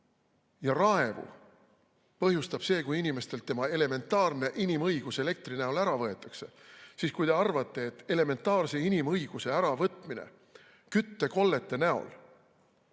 ja raevu põhjustab see, kui inimestelt tema elementaarne inimõigus, elekter ära võetakse, siis kui te arvate, et elementaarse inimõiguse, küttekollete